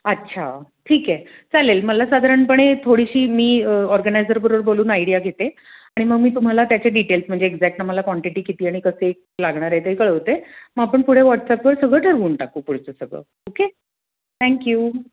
अच्छा ठीक आहे चालेल मला साधारणपणे थोडीशी मी ऑर्गनायजरबरोबर बोलून आयडिया घेते आणि मग मी तुम्हाला त्याचे डिटेल्स म्हणजे एक्झॅक्ट ना आम्हाला क्वांटिटी किती आणि कसे लागणार आहे ते कळवते मग आपण पुढे व्हॉट्सअपवर सगळं ठरवून टाकू पुढचं सगळं ओके थँक्यू